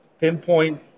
pinpoint